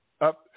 up